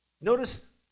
Notice